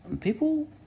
people